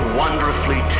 wonderfully